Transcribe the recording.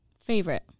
Favorite